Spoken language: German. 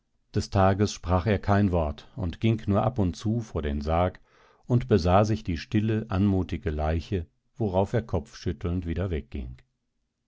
des tages sprach er kein wort und ging nur ab und zu vor den sarg und besah sich die stille anmutige leiche worauf er kopfschüttelnd wieder